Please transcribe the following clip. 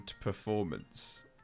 performance